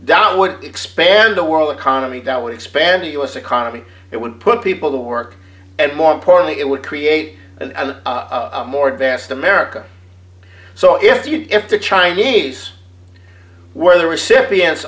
down would expand the world economy that would expand the u s economy it would put people to work and more importantly it would create a more advanced america so if you if the chinese were the recipients